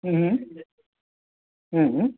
हूं हूं